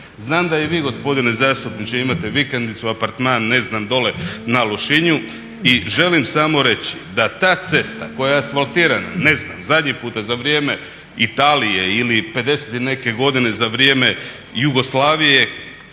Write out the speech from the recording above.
Znam da i vi gospodine zastupniče imate vikendicu, apartman, ne znam dole na Lošinju i želim samo reći da ta cesta koja je asfaltirana ne znam zadnji puta za vrijeme Italije ili 50 i neke godine za vrijeme Jugoslavije